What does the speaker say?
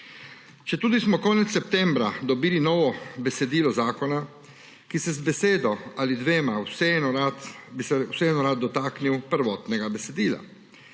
Četudi smo konec septembra dobili novo besedilo zakona, bi se z besedo ali dvema vseeno rad dotaknil prvotnega besedila.